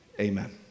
Amen